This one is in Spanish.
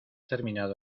terminado